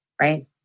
right